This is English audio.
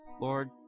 Lord